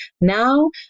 Now